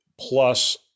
plus